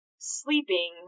sleeping